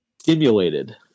stimulated